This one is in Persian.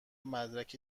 مدرک